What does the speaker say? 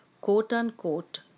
quote-unquote